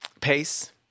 Pace